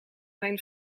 mijn